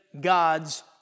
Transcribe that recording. God's